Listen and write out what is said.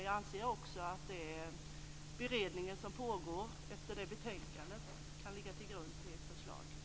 Jag anser också att den beredning som pågår efter nämnda betänkande kan ligga till grund för ett förslag.